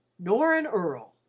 nor an earl!